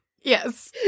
Yes